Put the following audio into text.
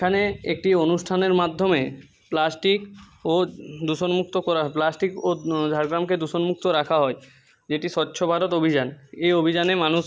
এখানে একটি অনুষ্ঠানের মাধ্যমে প্লাস্টিক ও দূষণমুক্ত করা প্লাস্টিক ও ন ঝাড়গ্রামকে দূষণমুক্ত রাখা হয় যেটি স্বচ্ছ ভারত অভিযান এই অভিযানে মানুষ